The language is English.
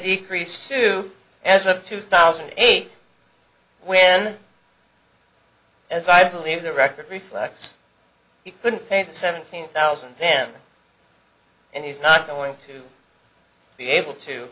decreased to as of two thousand and eight when as i believe the record reflects he couldn't pay the seventeen thousand then and he's not going to be able to